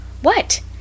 What